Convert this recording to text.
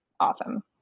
awesome